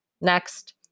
Next